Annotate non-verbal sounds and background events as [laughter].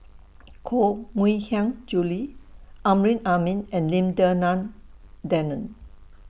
[noise] Koh Mui Hiang Julie Amrin Amin and Lim Denan Denon